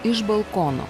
iš balkono